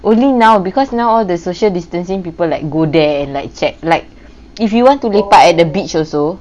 only now because now all the social distancing people like go there and like check like if you want to lepak at the beach also